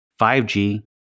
5G